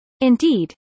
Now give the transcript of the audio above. Indeed